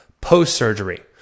post-surgery